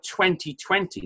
2020